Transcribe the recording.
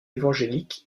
évangélique